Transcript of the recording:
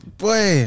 boy